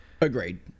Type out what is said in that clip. Agreed